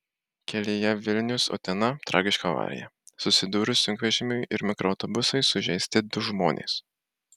kelyje vilnius utena tragiška avarija susidūrus sunkvežimiui ir mikroautobusui sužeisti du žmonės